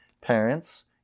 parents